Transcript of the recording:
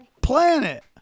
planet